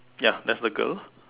ya that's the girl